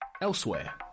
Elsewhere